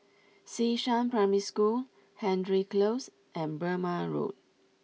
Xishan Primary School Hendry Close and Burmah Road